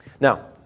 Now